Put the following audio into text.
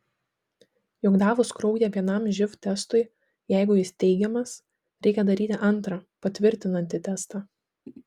juk davus kraują vienam živ testui jeigu jis teigiamas reikia daryti antrą patvirtinantį testą